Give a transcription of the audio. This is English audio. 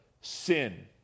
sin